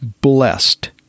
blessed